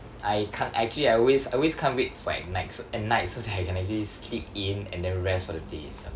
I can't actually I always I always can't wait for at nights at night so that I can actually sleep in and then rest for the day itself